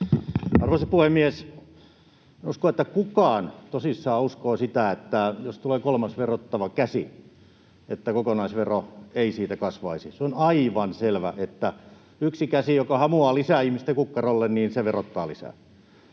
Arvoisa puhemies! En usko, että kukaan tosissaan uskoo, että jos tulee kolmas verottava käsi, kokonaisvero ei siitä kasvaisi. Se on aivan selvä, että yksi käsi, joka hamuaa lisää ihmisten kukkarolle, verottaa lisää.